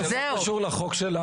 זה לא קשור לחוק שלנו.